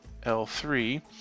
L3